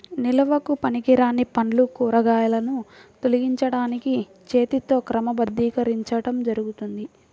నిల్వకు పనికిరాని పండ్లు, కూరగాయలను తొలగించడానికి చేతితో క్రమబద్ధీకరించడం జరుగుతుంది